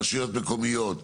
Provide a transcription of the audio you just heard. רשויות מקומיות,